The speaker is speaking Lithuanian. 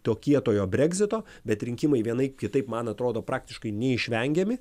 to kietojo breksito bet rinkimai vienaip kitaip man atrodo praktiškai neišvengiami